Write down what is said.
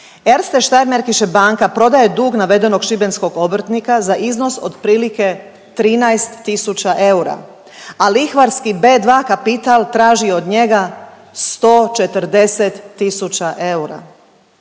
Erstesteiermarkische banka prodaje dug navedenog šibenskog obrtnika za iznos otprilike 13.000 eura, a lihvarski B2 Kapital traži od njega 140 tisuća eura.